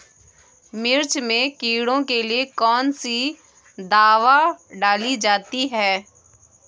मिर्च में कीड़ों के लिए कौनसी दावा डाली जाती है?